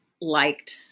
liked